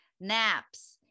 naps